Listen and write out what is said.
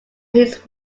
his